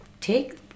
take